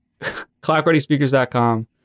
clockreadyspeakers.com